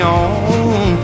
on